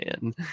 man